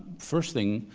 first thing,